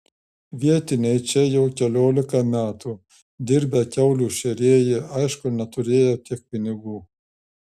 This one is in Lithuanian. vietiniai čia jau keliolika metų dirbę kiaulių šėrėjai aišku neturėjo tiek pinigų